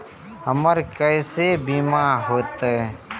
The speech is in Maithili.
हमरा केसे बीमा होते?